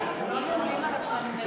אלוהינו מלך העולם שהכול נהיה בדברו.